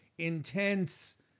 intense